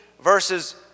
verses